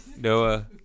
Noah